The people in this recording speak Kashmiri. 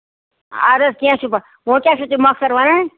اَدٕ حظ کیٚنہہ چھُنہٕ پَرواے وۄنۍ کیاہ چھو تُہۍ مۄکثر وَنان